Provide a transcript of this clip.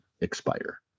expire